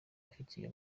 afitiye